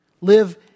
live